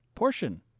Portion